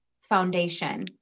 Foundation